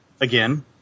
again